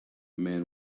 man